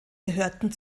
gehörten